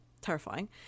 Terrifying